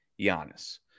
Giannis